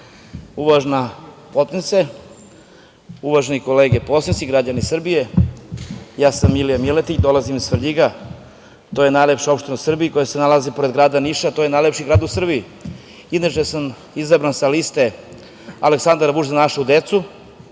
potpredsednice, uvažene kolege poslanici, građani Srbije, ja sam Milija Miletić dolazim iz Svrljiga. To je najlepša opština u Srbija koja se nalazi pored grada Niša, a to je najlepši grad u Srbiji. Inače, izabran sam sa liste Aleksandar Vučić – Za našu decu